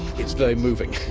it's very moving,